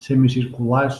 semicirculars